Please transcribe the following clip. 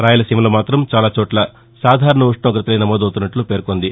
రాయలసీమలో మాతం చాలాచోట్ల సాధారణ ఉష్ణోగతలే నమోదవుతున్నట్లు పేర్కొంది